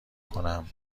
کنم